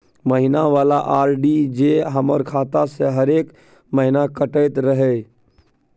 महीना वाला आर.डी जे हमर खाता से हरेक महीना कटैत रहे?